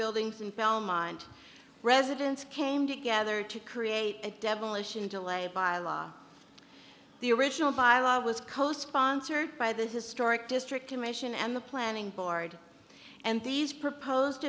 buildings and belmont residents came together to create a demolition delay by law the original bylaw was co sponsored by the historic district commission and the planning board and these proposed